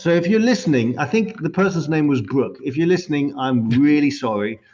so if you're listening, i think the person's name was brooke, if you're listening, i'm really sorry.